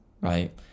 right